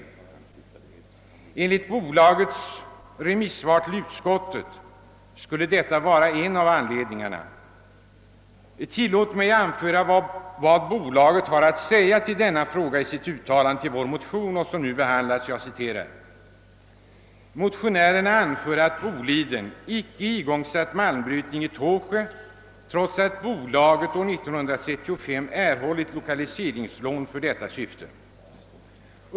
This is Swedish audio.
Ja, enligt bolagets remissvar till utskottet skulle uteblivna lokaliseringsmedel vara en av anledningarna. Tillåt mig anföra vad bolaget har att säga om denna fråga i sitt yttrande över vår motion: »Motionärerna anför, att Boliden icke igångsatt malmbrytning i Tåsjö trots att bolaget år 1965 erhållit ett lokaliseringslån för detta syfte.